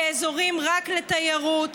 כאזורים רק לתיירות,